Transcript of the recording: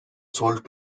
sold